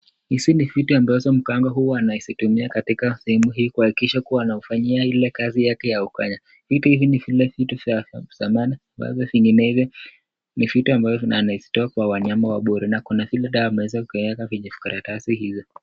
Hizi ni vitu ambazo mganga huwa anazitumia katika sehemu hii kuhakikisha kuwa anawafanyia ile kazi yake ya uganga. Hivi ni vile vitu vya zamani ambazo vinginevyo ni vitu ambavyo anazitoa kwa wanyama wa pori na kuna vile dawa ameweza kueka kwenye vikaratasi hizo.